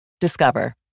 Discover